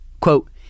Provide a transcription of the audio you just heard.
Quote